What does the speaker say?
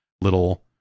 little